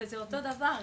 וזה אותו דבר.